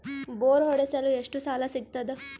Bore ಹೊಡೆಸಲು ಎಷ್ಟು ಸಾಲ ಸಿಗತದ?